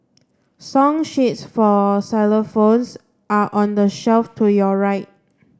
song sheets for xylophones are on the shelf to your right